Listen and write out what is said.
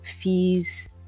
fees